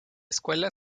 escuela